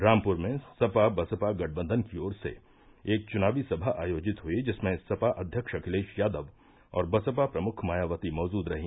रामपुर में सपा बसपा गठबंधन की ओर से एक चुनावी सभा आयोजित हुयी जिसमें सपा अध्यक्ष अखिलेश यादव और बसपा प्रमुख मायावती मौजूद रहीं